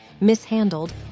mishandled